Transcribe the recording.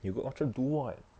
you go orchard do [what]